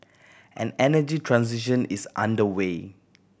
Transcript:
an energy transition is underway